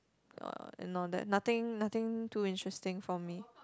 orh and all that nothing nothing too interesting for me